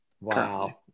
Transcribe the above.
Wow